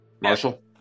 Marshall